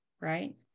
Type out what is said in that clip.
right